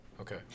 Okay